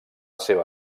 seva